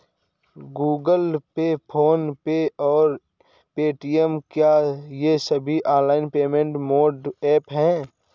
Google Pay PhonePe और Paytm क्या ये सभी ऑनलाइन पेमेंट मोड ऐप हैं?